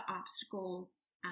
obstacles